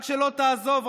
רק שלא תעזוב,